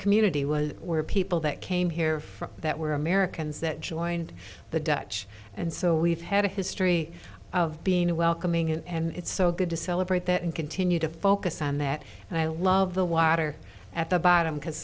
community was were people that came here from that were americans that joined the dutch and so we've had a history of being a welcoming and it's so good to celebrate that and continue to focus on that and i love the water at the bottom because